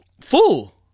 fool